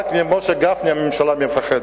רק ממשה גפני הממשלה מפחדת,